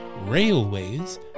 railways